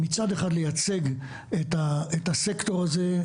מצד אחד לייצג את הסקטור הזה,